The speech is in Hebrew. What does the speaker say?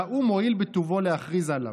שהאו"ם הואיל בטובו להכריז עליו".